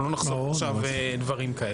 אנחנו לא נחשוף עכשיו דברים כאלה.